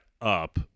up